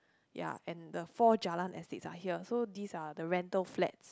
ya and the four Jalan estates are here so these are the rental flats